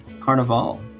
Carnival